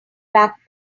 back